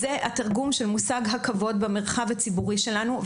זה התרגום של מושג הכבוד במרחב הציבורי שלנו,